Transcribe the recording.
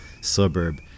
suburb